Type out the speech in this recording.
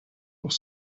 auch